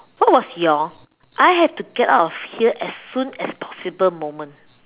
what was your I have to get out of here as soon as possible moment